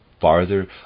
farther